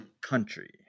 country